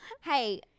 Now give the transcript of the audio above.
Hey